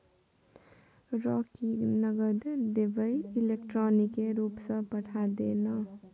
रौ की नगद देबेय इलेक्ट्रॉनिके रूपसँ पठा दे ने